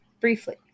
briefly